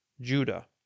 Judah